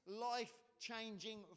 life-changing